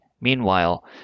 Meanwhile